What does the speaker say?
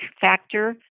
factor